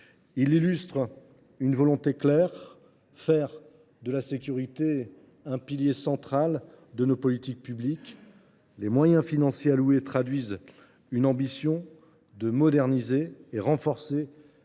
Il illustre une volonté claire : faire de la sécurité un pilier central de nos politiques publiques. Les moyens financiers qui lui sont alloués traduisent une ambition de moderniser et de renforcer